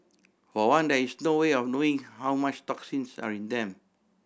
for one there is no way of knowing how much toxins are in them